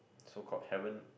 so called heaven